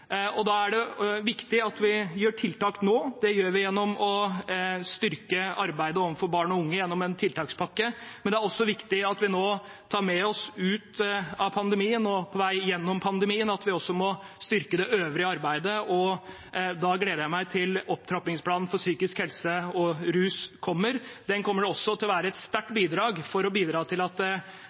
og da er det viktig at vi gjør tiltak nå, og det gjør vi gjennom å styrke arbeidet overfor barn og unge gjennom en tiltakspakke. Men det er også viktig at vi nå tar med oss ut av pandemien, og på vei gjennom pandemien, at vi også må styrke det øvrige arbeidet. Da gleder jeg meg til opptrappingsplanen for psykisk helse og rus kommer. Den kommer også til å være et sterkt bidrag til at folk og unge får muligheten til